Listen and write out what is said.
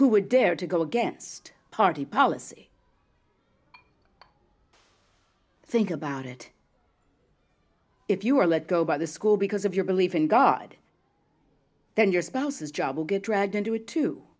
who would dare to go against party policy think about it if you are let go by the school because of your belief in god then your spouse's job will get dragged into it too